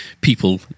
people